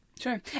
Sure